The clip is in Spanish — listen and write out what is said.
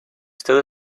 usted